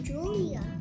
Julia